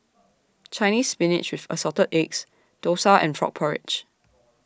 Chinese Spinach with Assorted Eggs Dosa and Frog Porridge